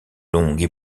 longues